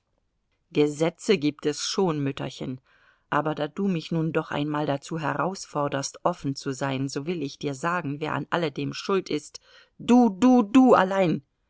gesetze gibt es schon mütterchen aber da du mich nun doch einmal dazu herausforderst offen zu sein so will ich dir sagen wer an alledem schuld ist du du du allein